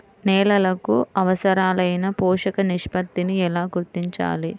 నేలలకు అవసరాలైన పోషక నిష్పత్తిని ఎలా గుర్తించాలి?